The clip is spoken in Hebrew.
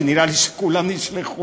כי נראה לי שכולם נשלחו.